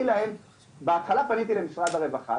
בהתחלה פניתי למשרד הרווחה,